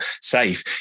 safe